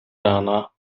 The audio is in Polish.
rana